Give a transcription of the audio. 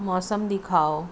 موسم دکھاؤ